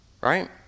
right